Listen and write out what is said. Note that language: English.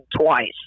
twice